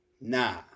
Nah